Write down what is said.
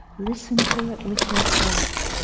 listen to it with your heart.